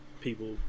people